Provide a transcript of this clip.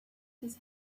his